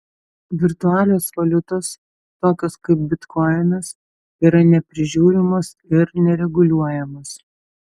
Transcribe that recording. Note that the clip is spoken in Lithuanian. virtualios valiutos tokios kaip bitkoinas yra neprižiūrimos ir nereguliuojamos